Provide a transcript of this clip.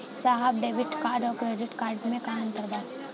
साहब debit card और credit card में का अंतर बा?